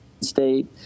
state